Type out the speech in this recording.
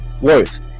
worth